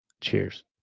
cheers